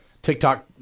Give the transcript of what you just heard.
TikTok